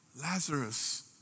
Lazarus